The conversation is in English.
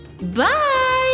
Bye